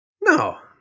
No